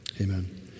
Amen